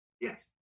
Yes